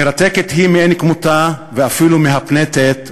מרתקת היא מאין כמותה ואפילו מהפנטת ומאתגרת.